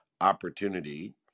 opportunity